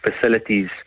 facilities